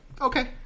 Okay